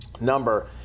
number